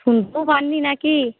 শুনতেও পাননি নাকি